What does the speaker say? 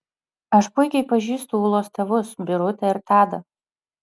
aš puikiai pažįstu ūlos tėvus birutę ir tadą